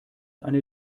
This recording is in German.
eine